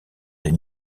des